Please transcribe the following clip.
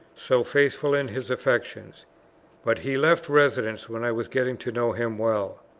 so faithful in his affections but he left residence when i was getting to know him well.